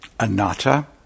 anatta